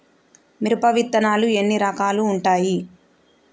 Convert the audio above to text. మిరప విత్తనాలు ఎన్ని రకాలు ఉంటాయి?